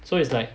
so it's like